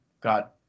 got